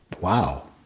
Wow